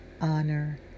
honor